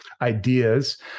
ideas